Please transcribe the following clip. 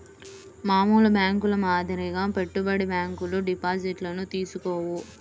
మామూలు బ్యేంకుల మాదిరిగా పెట్టుబడి బ్యాంకులు డిపాజిట్లను తీసుకోవు